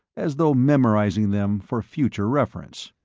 as though memorizing them for future reference.